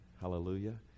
Hallelujah